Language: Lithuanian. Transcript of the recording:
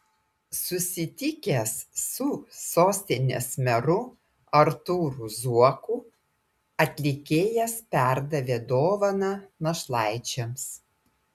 susitikęs su sostinės meru artūru zuoku atlikėjas perdavė dovaną našlaičiams